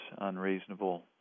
unreasonable